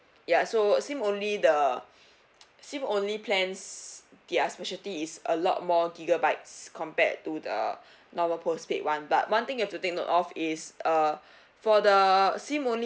ya so sim only the sim only plans their specialty is a lot more gigabytes compared to the normal postpaid [one] but one thing you have to take note of is uh for the sim only